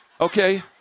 okay